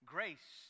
Grace